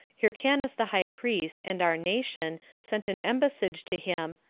hyrcanus the high priest, and our nation, sent an embassage to him,